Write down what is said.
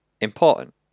important